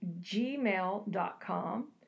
gmail.com